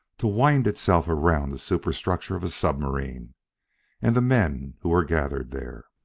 to wind itself around the superstructure of a submarine and the men who were gathered there.